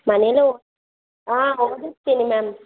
ಮನೇಲೂ ಓದ್ ಹಾಂ ಓದಿಸ್ತೀನಿ ಮ್ಯಾಮ್